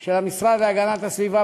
של המשרד להגנת הסביבה,